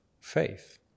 faith